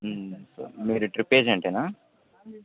మీరు ట్రిప్ ఏజెంటేనా